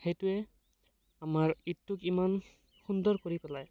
সেইটোৱে আমাৰ ঈদটোক ইমান সুন্দৰ কৰি পেলায়